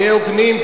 שנהיה הוגנים,